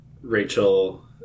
Rachel